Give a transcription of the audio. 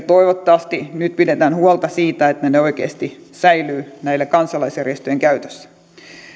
toivottavasti nyt pidetään huolta siitä että ne oikeasti säilyvät näiden kansalaisjärjestöjen käytössä